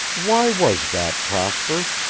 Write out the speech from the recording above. why was that, prosper?